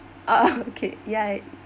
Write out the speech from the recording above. ah ah okay ya